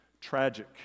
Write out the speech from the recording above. tragic